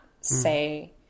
say